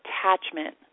attachment